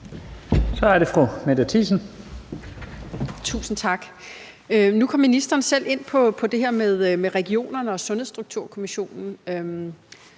Kl. 10:45 Mette Thiesen (DF): Tusind tak. Nu kom ministeren selv ind på det her med regionerne og Sundhedsstrukturkommissionen,